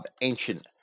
ancient